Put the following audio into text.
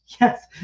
Yes